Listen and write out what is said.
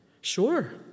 Sure